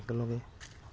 একেলগে